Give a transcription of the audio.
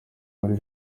muri